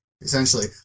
essentially